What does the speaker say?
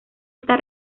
está